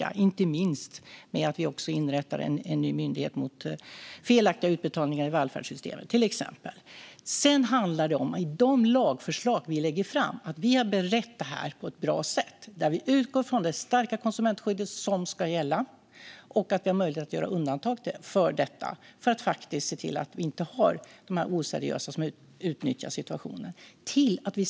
Det gör vi inte minst genom att vi nu inrättar en ny myndighet mot felaktiga utbetalningar i välfärdsystemet, till exempel. När det gäller de lagförslag som vi lägger fram handlar det om att vi har berett det på ett bra sätt. Vi utgår från det stärkta konsumentskyddet som ska gälla och att vi har möjlighet att göra undantag för att se till att vi inte har de här oseriösa som utnyttjar situationen.